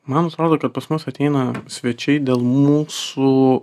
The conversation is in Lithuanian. man atrodo kad pas mus ateina svečiai dėl mūsų